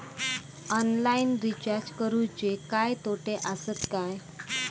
Online recharge करुचे काय तोटे आसत काय?